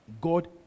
God